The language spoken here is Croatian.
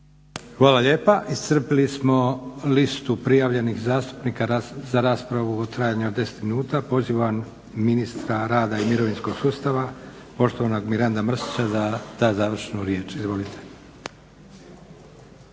Hvala lijepa. Iscrpili smo listu prijavljenih zastupnika za raspravu u trajanju od 10 minuta. Pozivam ministra rada i mirovinskog sustava poštovanog Miranda Mrsića da da završnu riječ. Izvolite.